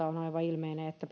on aivan ilmeistä että